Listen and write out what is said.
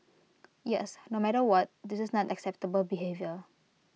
yes no matter what this is not acceptable behaviour